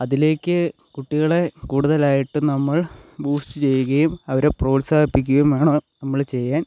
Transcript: അതിലേക്ക് കുട്ടികളെ കൂടുതലായിട്ട് നമ്മൾ ബൂസ്റ്റ് ചെയ്യുകയും അവരെ പ്രോത്സാഹിപ്പിക്കുകയും വേണം നമ്മൾ ചെയ്യാൻ